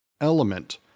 element